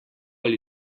ali